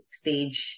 stage